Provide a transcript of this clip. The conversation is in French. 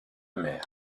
mer